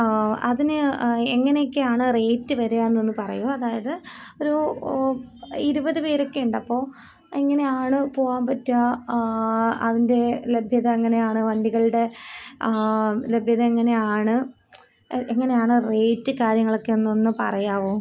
അതിന് എങ്ങനെയൊക്കെയാണ് റേറ്റ് വരിക എന്നൊന്ന് പറയാമോ അതായത് ഒരു ഇരുപത് പേരൊക്കെ ഉണ്ട് അപ്പോൾ എങ്ങനെയാണ് പോകാൻ പറ്റുക അതിൻ്റെ ലഭ്യത എങ്ങനെയാണ് വണ്ടികളുടെ ലഭ്യത എങ്ങനെയാണ് എങ്ങനെയാണ് റേറ്റ് കാര്യങ്ങളൊക്കെ ഒന്നൊന്ന് പറയാമോ